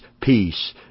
peace